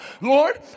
Lord